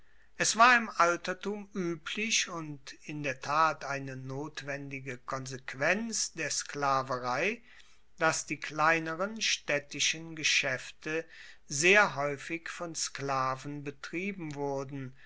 es war im altertum ueblich und in der tat eine notwendige konsequenz der sklaverei dass die kleineren staedtischen geschaefte sehr haeufig von sklaven betrieben wurden